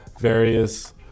various